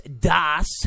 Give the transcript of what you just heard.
Das